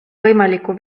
võimaliku